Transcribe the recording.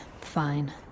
fine